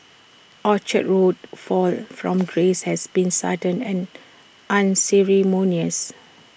Orchard Road's fall from grace has been sudden and unceremonious